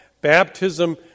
Baptism